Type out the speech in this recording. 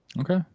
Okay